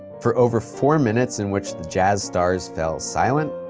for over four minutes in which the jazz stars fell silent,